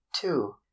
two